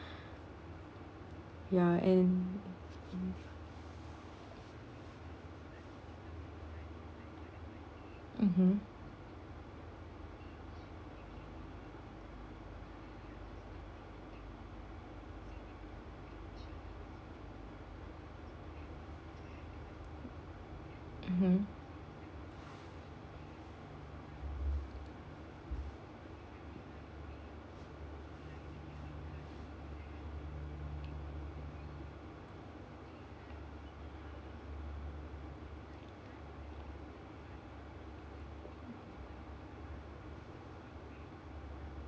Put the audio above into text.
ya and mm mmhmm mmhmm